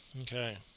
okay